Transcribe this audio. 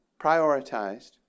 prioritized